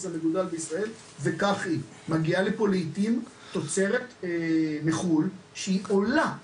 המגודל בישראל וכך מגיעה לפה לעיתים תוצרת מחו"ל שהיא עולה באיכותה,